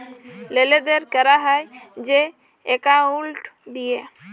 লেলদেল ক্যরা হ্যয় যে একাউল্ট দিঁয়ে